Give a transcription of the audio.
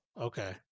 Okay